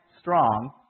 strong